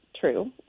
true